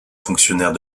fonctionnaire